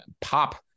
pop